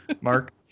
Mark